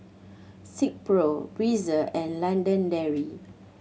Silkpro Breezer and London Dairy